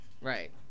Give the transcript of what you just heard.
right